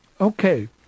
Okay